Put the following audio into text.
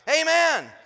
Amen